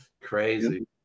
Crazy